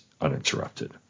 uninterrupted